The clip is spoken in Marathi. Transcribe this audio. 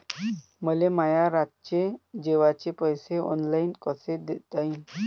मले माया रातचे जेवाचे पैसे ऑनलाईन कसे देता येईन?